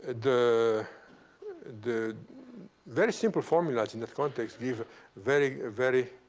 the the very simple formulas in that context give very, very